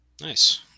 Nice